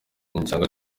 gishanga